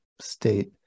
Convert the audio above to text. state